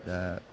दा